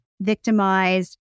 victimized